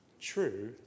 true